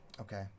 Okay